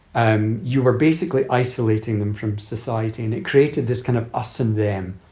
um you were basically isolating them from society and it created this kind of us and them